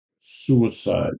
Suicide